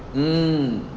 mm